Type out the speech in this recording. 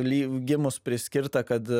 lyg gimus priskirta kad